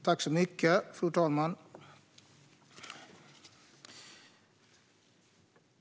Fru talman!